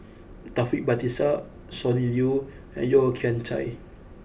Taufik Batisah Sonny Liew and Yeo Kian Chai